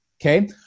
Okay